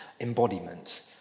embodiment